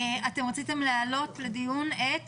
רציתם להעלות לדיון את